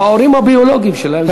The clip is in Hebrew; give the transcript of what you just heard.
ההורים הביולוגיים שלהם זה האימא.